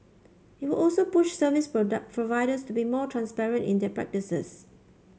it will also push service product providers to be more transparent in their practices